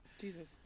Jesus